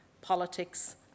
politics